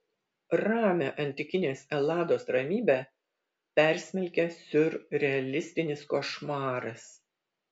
ramią antikinės elados ramybę persmelkia siurrealistinis košmaras